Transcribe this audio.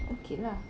okay lah